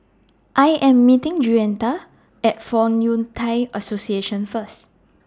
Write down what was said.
I Am meeting Juanita At Fong Yun Thai Association First